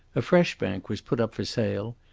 a fresh bank was put up for sale,